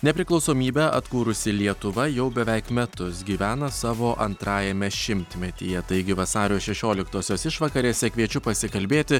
nepriklausomybę atkūrusi lietuva jau beveik metus gyvena savo antrajame šimtmetyje taigi vasario šešioliktosios išvakarėse kviečiu pasikalbėti